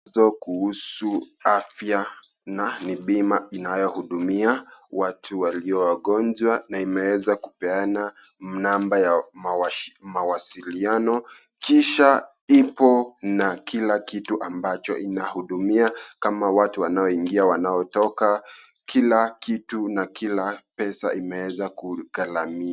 Funzo kuhusu afya na ni bima inayohudumia watu waliowagonjwa na imeweza kupeana namba ya mawasiliano, Kisha ipo na kila kitu ambacho inahudumia kama watu wanaingia, wanatoka ,kila kitu na kila pesa imeweza kughalami.......